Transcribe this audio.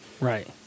right